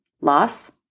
Loss